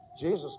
Jesus